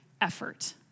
effort